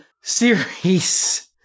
series